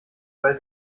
weil